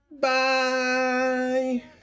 Bye